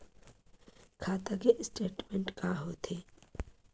खाता के स्टेटमेंट का होथे?